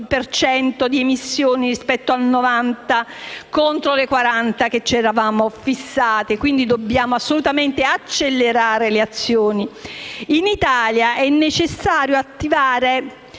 per cento di emissioni rispetto al 1990, contro il 40 per cento che ci eravamo prefissato. Quindi, dobbiamo assolutamente accelerare le azioni. In Italia, è necessario attivare